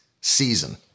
season